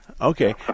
Okay